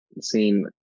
seen